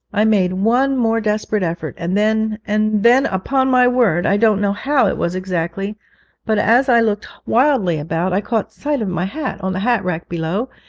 i made one more desperate effort, and then and then, upon my word, i don't know how it was exactly but, as i looked wildly about, i caught sight of my hat on the hat-rack below,